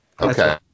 Okay